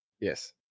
Yes